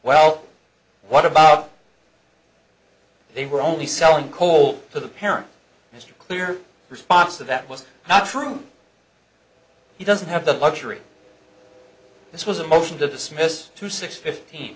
well what about they were only selling coal to the parent mr clear response to that was not true he doesn't have the luxury this was a motion to dismiss to six fifteen